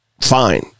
Fine